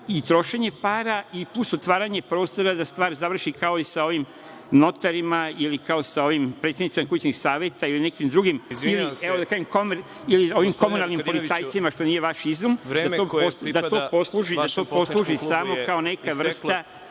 i trošenje para i plus otvaranje prostora da se stvar završi kao i sa ovim notarima ili kao se ovim predsednicima kućnih saveta ili nekim drugim, komunalnim policajcima, da to posluži samo kao neka vrsta